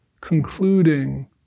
concluding